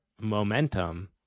momentum